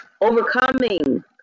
Overcoming